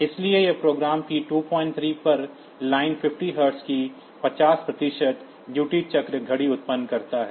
इसलिए यह program P 23 पर लाइन 50 हर्ट्ज की 50 प्रतिशत ड्यूटी चक्र घड़ी उत्पन्न करता है